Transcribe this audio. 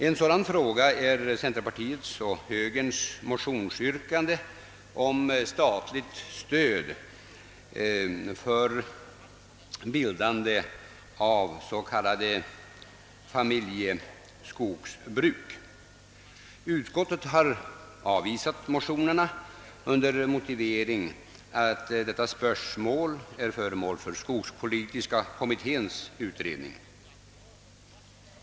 En sådan fråga gäller centerpartiets och högerns motionsyrkande om statligt stöd för bildande av s.k. familjeskogsbruk, Utskottet har avvisat motionerna med motiveringen att detta spörsmål är föremål för skogspolitiska kommitténs utredning.